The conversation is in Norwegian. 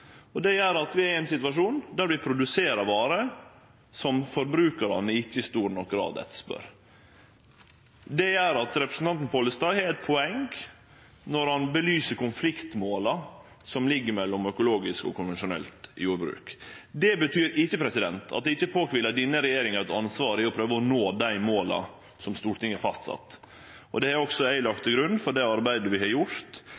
Det gjer at vi er i ein situasjon der vi produserer varer som forbrukarane ikkje i stor nok grad etterspør. Det gjer at representanten Pollestad har eit poeng når han belyser målkonfliktane mellom økologisk og konvensjonelt jordbruk. Det betyr ikkje at det ikkje kviler eit ansvar på denne regjeringa for å prøve å nå dei måla som Stortinget har fastsett. Det har også eg lagt til grunn for det arbeidet vi har gjort